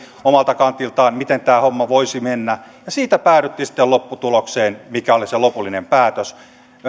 omalta kantiltaan miten tämä homma voisi mennä ja siitä päädyttiin siihen lopputulokseen mikä oli se lopullinen päätös